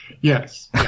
yes